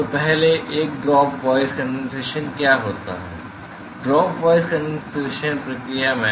तो पहले एक ड्रॉप वाइज कंडेंसेशन क्या होता है ड्रॉप वाइज कंडेंसेशन प्रक्रिया में